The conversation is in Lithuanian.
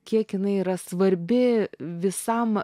kiek jinai yra svarbi visam